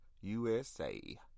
usa